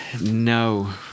No